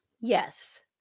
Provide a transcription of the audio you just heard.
Yes